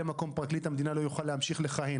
מקום פרקליט המדינה לא יוכל להמשיך לכהן?